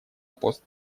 пост